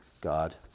god